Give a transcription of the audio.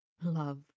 Love